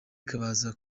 baza